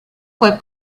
fue